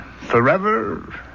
forever